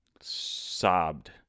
sobbed